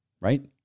Right